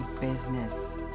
business